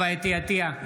חוה אתי עטייה,